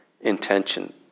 intention